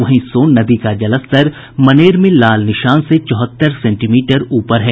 वहीं सोन नदी का जलस्तर मनेर में लाल निशान से चौहत्तर सेंटीमीटर ऊपर है